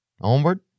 Onward